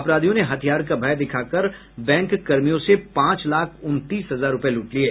अपराधियों ने हथियार का भय दिखाकर बैंक कर्मियों से पांच लाख उनतीस हजार रूपये लूट लिये